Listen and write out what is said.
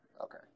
Okay